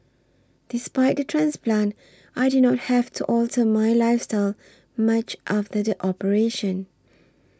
despite the transplant I did not have to alter my lifestyle much after the operation